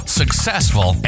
successful